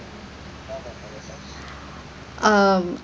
um